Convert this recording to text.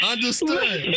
Understood